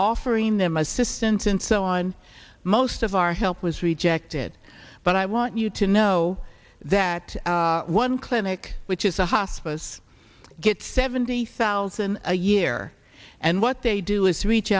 offering them assistance and so on most of our help was rejected but i want you to know that one clinic which is a hospice gets seventy thousand a year and what they do is reach